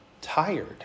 tired